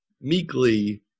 meekly